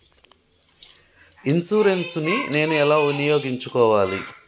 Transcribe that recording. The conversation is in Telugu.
ఇన్సూరెన్సు ని నేను ఎలా వినియోగించుకోవాలి?